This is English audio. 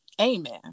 amen